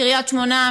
קריית שמונה,